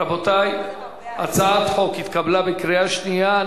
רבותי, הצעת החוק התקבלה בקריאה שנייה.